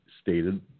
stated